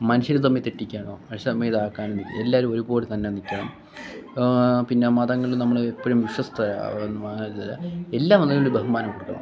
മനുഷ്യർ തമ്മിൽ തെറ്റിക്കാനോ മനുഷ്യർ തമ്മിൽ ഇതാക്കാനോ എല്ലാവരും ഒരുപോലെ തന്നെ നിൽക്കണം പിന്നെ മതങ്ങളെ നമ്മൾ എപ്പോഴും വിശ്വസ്തത എല്ലാ മതങ്ങൾക്കും ബഹുമാനം കൊടുക്കണം